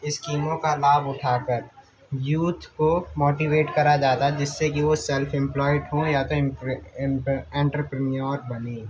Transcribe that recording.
اسکیموں کا لابھ اٹھا کر یوتھ کو موٹیویٹ کرا جاتا ہے جس سے کہ وہ سیلف امپلائڈ ہوں یا تو انٹر پرینیور بنیں